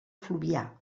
fluvià